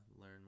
learn